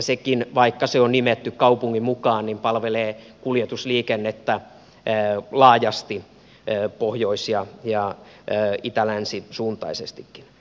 sekin vaikka se on nimetty kaupungin mukaan palvelee kuljetusliikennettä laajasti pohjois ja itä länsi suuntaisestikin